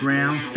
Round